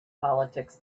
politics